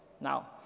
Now